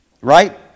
right